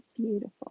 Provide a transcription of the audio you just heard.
beautiful